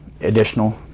additional